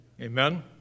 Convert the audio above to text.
Amen